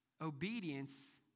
obedience